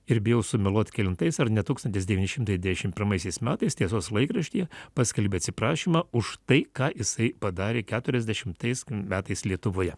ir bijau sumeluot kelintais ar ne tūkstantis devyni šimtai devyniasdešim pirmaisiais metais tiesos laikraštyje paskelbė atsiprašymą už tai ką jisai padarė keturiasdešimtais metais lietuvoje